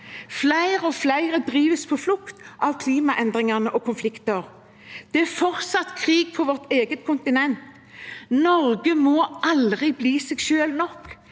Flere og flere drives på flukt av klimaendringer og konflikter. Det er fortsatt krig på vårt eget kontinent. Norge må aldri bli seg selv nok,